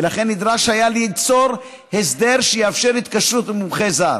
ולכן נדרש היה ליצור הסדר שיאפשר התקשרות עם מומחה זר.